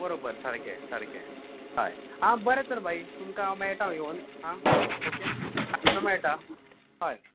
बरोबर सारके सारके हय आं बरें तर भाई तुमकां हांव मेळटा येवन आं ओके सांचो मेळटा आं हय